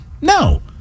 No